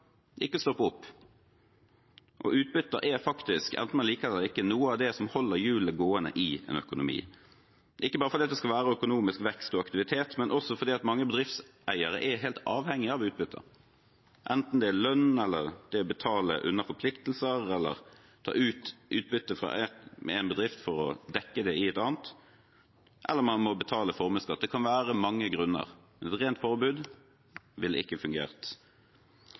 ikke å stoppe opp. Utbytte er faktisk, enten man liker det eller ikke, noe av det som holder hjulene gående i en økonomi – ikke bare fordi det skal være økonomisk vekst og aktivitet, men også fordi mange bedriftseiere er helt avhengig av utbyttet, enten det er til lønn, til å betale unna forpliktelser, til å ta ut utbytte fra én bedrift for å dekke det i et annet, eller fordi man må betale formuesskatt. Det kan være mange grunner. Et rent forbud ville ikke fungert.